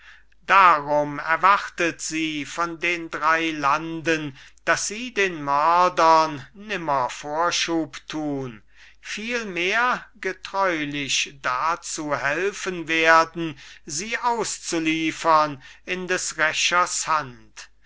darum erwartet sie von den drei landen dass sie den mördern nimmer vorschub tun vielmehr getreulich dazu helfen werden sie auszuliefern in des rächers hand